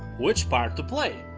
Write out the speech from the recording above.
which part to play?